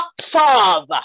father